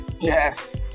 Yes